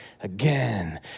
Again